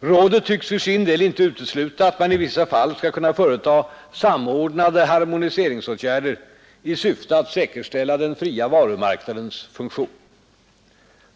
Rådet tycks för sin del inte utesluta att man i vissa fall skall kunna företa ”samordnade harmoniseringsåtgärder” i syfte att säkerställa den fria varumarknadens funktion.